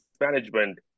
management